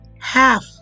half